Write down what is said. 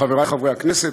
חברי חברי הכנסת,